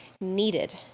needed